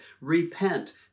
repent